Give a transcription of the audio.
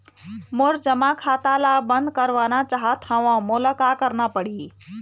मोर जमा खाता ला बंद करवाना चाहत हव मोला का करना पड़ही?